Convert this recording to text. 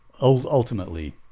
ultimately